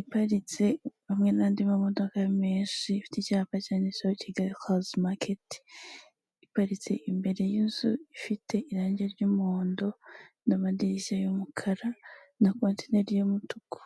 iparitse hamwe nandi mamodoka menshi ifite icyapa cya ndistseho kigali Carizi maketi iparitse imbere yinzu ifite irangi ry'umuhondo n'amadirishya y'umukara na konteneli y'umutuku .